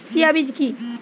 Chia বীজ কী?